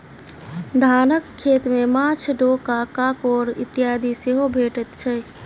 धानक खेत मे माँछ, डोका, काँकोड़ इत्यादि सेहो भेटैत छै